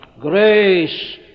Grace